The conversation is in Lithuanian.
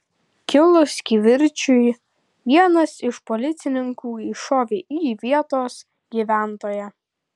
kilus kivirčui vienas iš policininkų iššovė į vietos gyventoją